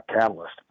catalyst